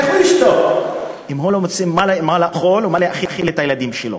איך הוא ישתוק אם הוא לא מוצא מה לאכול ובמה להאכיל את הילדים שלו?